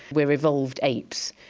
we are evolved apes,